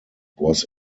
was